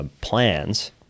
plans